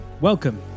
welcome